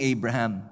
Abraham